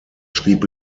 schrieb